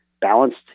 balanced